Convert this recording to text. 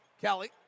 Kelly